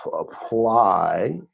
apply